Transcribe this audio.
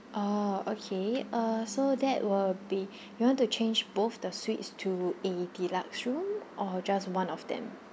ah okay uh so that will be you want to change both the suites to a deluxe room or just one of them